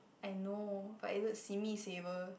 I know but is it simi saver